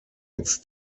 its